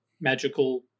magical